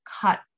cut